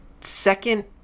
second